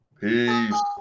Peace